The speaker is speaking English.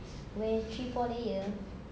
wear three four layer